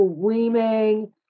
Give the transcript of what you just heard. screaming